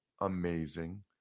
amazing